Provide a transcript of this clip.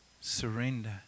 Surrender